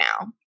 now